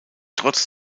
trotz